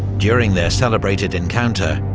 during their celebrated encounter,